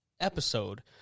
episode